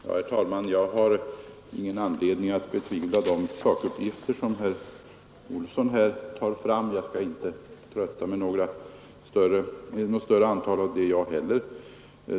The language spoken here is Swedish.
Herr talman! Jag har ingen anledning att betvivla riktigheten av de sakuppgifter som herr Olsson i Edane här redovisat. Jag skall själv inte trötta med något större antal uppgifter.